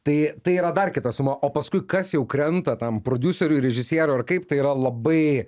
tai tai yra dar kita suma o paskui kas jau krenta tam prodiuseriui režisieriui ar kaip tai yra labai